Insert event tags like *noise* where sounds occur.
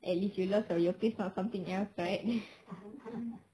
at least you lost your earpiece not something else right *laughs*